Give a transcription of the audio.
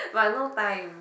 but no time